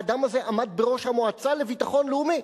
האדם הזה עמד בראש המועצה לביטחון לאומי.